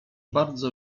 bardzo